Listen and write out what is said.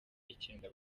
icyenda